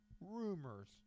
rumors